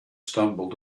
stumbled